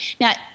Now